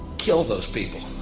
kill those people.